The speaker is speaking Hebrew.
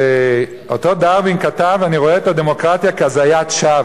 שאותו דרווין כתב: "אני רואה את הדמוקרטיה כהזיית שווא.